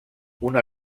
una